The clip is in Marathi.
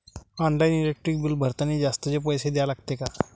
ऑनलाईन इलेक्ट्रिक बिल भरतानी जास्तचे पैसे द्या लागते का?